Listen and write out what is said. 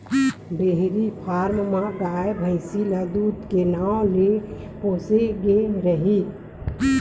dairy farm म गाय, भइसी ल दूद के नांव ले पोसे गे रहिथे